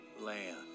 land